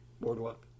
Boardwalk